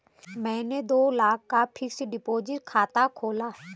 मैंने दो लाख का फ़िक्स्ड डिपॉज़िट खाता खोला